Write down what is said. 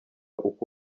uko